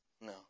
No